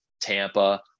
Tampa